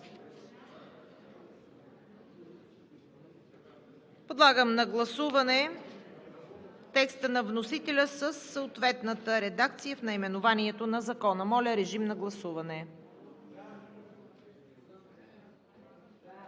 Подлагам на гласуване текста на вносителя със съответната редакция в наименованието на Закона. Гласували 136